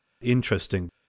interesting